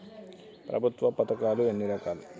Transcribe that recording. ప్రభుత్వ పథకాలు ఎన్ని రకాలు?